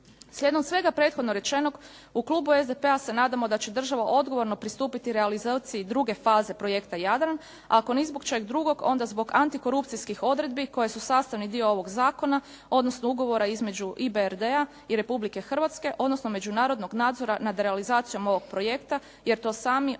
Slijedom svega prethodno rečenog, u klubu SDP-a se nadamo da će država odgovorno pristupiti realizaciji druge faze projekta Jadran, ako ni zbog čeg drugog onda zbog antikorupcijskih odredbi koje su sastavni dio ovog zakona odnosno ugovora između i BRD-a i Republike Hrvatske, odnosno međunarodnog nadzora nad realizacijom ovog projekta jer to sami očigledno